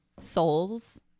souls